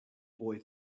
boy